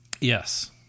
yes